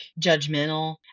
judgmental